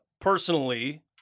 Personally